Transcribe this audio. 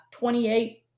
28